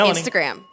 Instagram